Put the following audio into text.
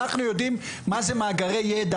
אנחנו יודעים מה זה מאגרי ידע,